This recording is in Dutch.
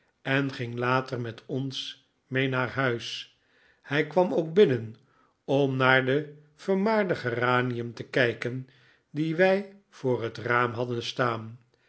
en ging later met ons mee naar huis hij kwam ook binnen om naar den vermaarden geranium te kijken dien wij voor het raam hadden staan